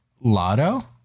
Lotto